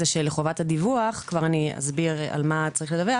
של חובת הדיווח כבר אסביר על מה צריך לדווח